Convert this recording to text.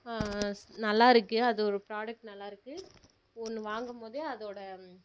ஸ் நல்லாயிருக்கு அது ஒரு ப்ரோடக்ட் நல்லாயிருக்கு ஒன்று வாங்கும் போதே அதோட